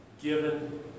given